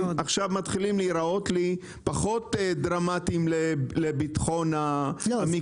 עכשיו מתחילים להראות לי פחות דרמטיים לביטחון המקנה הארץ.